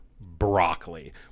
broccoli